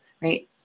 Right